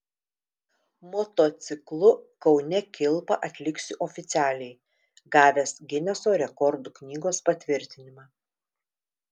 motociklu kaune kilpą atliksiu oficialiai gavęs gineso rekordų knygos patvirtinimą